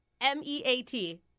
M-E-A-T